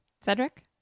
Cedric